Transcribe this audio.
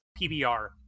PBR